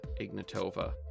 Ignatova